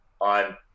on